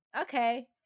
okay